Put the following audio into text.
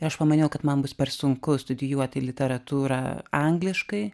tai aš pamaniau kad man bus per sunku studijuoti literatūrą angliškai